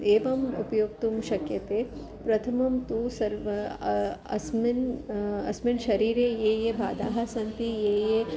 एवम् उपयोक्तुं शक्यते प्रथमं तु सर्व अस्मिन् अस्मिन् शरीरे ये ये भेदाः सन्ति ये ये